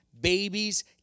Babies